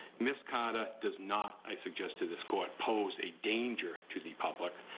ms. carter does not, i suggest to this court, pose a danger to the public.